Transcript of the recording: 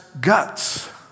guts